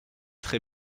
très